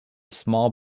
small